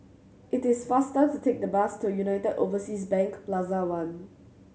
it is faster to take the bus to United Overseas Bank Plaza One